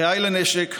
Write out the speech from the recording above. רעיי לנשק,